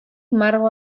margo